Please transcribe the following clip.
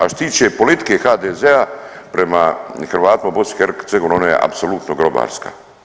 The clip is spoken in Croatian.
A što se tiče politike HDZ-a prema Hrvatima u BiH ona je apsolutno grobarska.